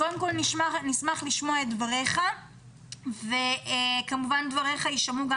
נשמח לשמוע את דבריך ודבריך ישמעו גם